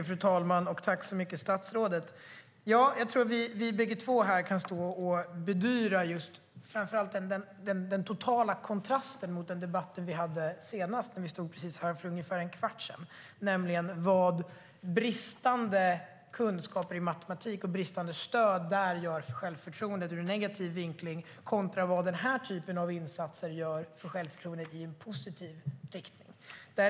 Fru talman! Tack så mycket, statsrådet! Jag tror att vi bägge två kan stå här och bedyra framför allt den totala kontrasten mot debatten vi hade för ungefär en kvart sedan om vad bristande kunskaper i matematik och bristande stöd där gör för självförtroendet i negativ riktning kontra vad den här typen av insatser gör för självförtroendet i positiv riktning.